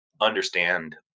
understand